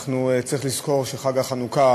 צריך לזכור שחג החנוכה